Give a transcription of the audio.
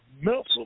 mental